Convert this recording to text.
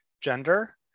gender